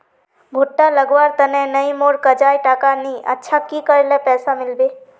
भुट्टा लगवार तने नई मोर काजाए टका नि अच्छा की करले पैसा मिलबे?